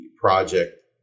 project